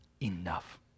enough